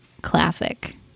classic